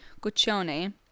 Guccione